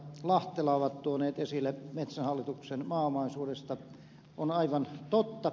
lahtela ovat tuoneet esille metsähallituksen maaomaisuudesta on aivan totta